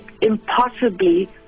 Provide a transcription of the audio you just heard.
impossibly